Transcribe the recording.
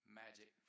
magic